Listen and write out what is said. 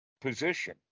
position